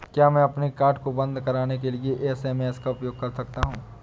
क्या मैं अपने कार्ड को बंद कराने के लिए एस.एम.एस का उपयोग कर सकता हूँ?